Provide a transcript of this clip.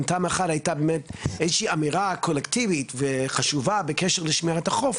אם תמ"א 1 הייתה איזושהי אמירה קולקטיבית וחשובה בקשר לשמירת החוף,